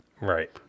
right